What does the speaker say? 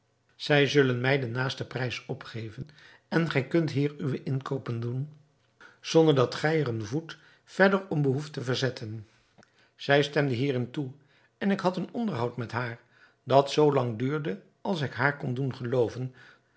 zij zullen mij den naasten prijs opgeven en gij kunt hier uwe inkoopen doen zonder dat gij er een voet verder om behoeft te verzetten zij stemde hierin toe en ik had een onderhoud met haar dat zoo lang duurde als ik haar kon doen gelooven